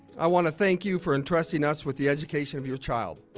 i wanna thank you for entrusting us with the education of your child.